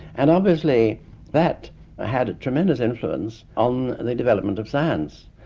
and obviously that ah had a tremendous influence on the development of science,